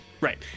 right